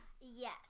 Yes